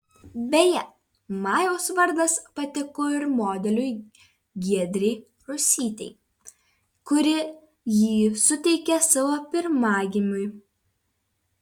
beje majaus vardas patiko ir modeliui giedrei rusytei kuri jį suteikė savo pirmagimiui